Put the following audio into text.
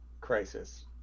crisis